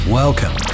welcome